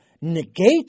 negate